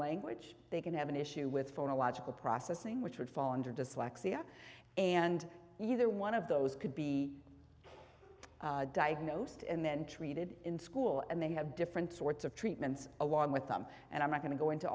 language they can have an issue with phonological processing which would fall under dyslexia and either one of those could be diagnosed and then treated in school and they have different sorts of treatments along with them and i'm not going to go into